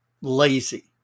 lazy